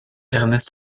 ernest